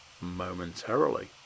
momentarily